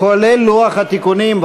כולל לוח התיקונים.